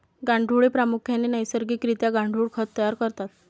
गांडुळे प्रामुख्याने नैसर्गिक रित्या गांडुळ खत तयार करतात